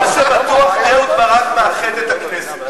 אבל מה שבטוח הוא שאהוד ברק מאחד את הכנסת.